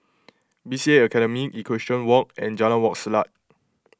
B C A Academy Equestrian Walk and Jalan Wak Selat